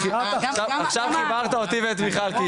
עכשיו שאתגרת אותי ואת מיכל.